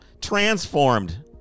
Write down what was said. Transformed